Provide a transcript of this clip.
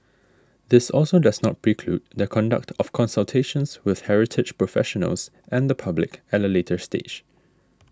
this also does not preclude the conduct of consultations with heritage professionals and the public at a later stage